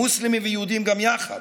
מוסלמים ויהודים גם יחד,